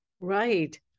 Right